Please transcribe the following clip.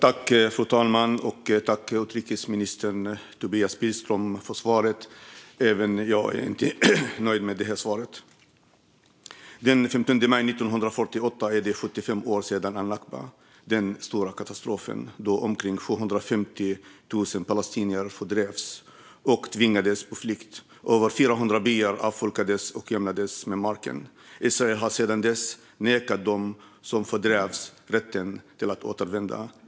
Fru talman! Tack, utrikesminister Tobias Billström, för svaret! Inte heller jag är nöjd med svaret. Den 15 maj var det 75 år sedan al-nakba, den stora katastrofen 1948 då omkring 750 000 palestinier fördrevs och tvingades på flykt. Över 400 byar avfolkades och jämnades med marken. Israel har sedan dess nekat dem som fördrevs rätten att återvända.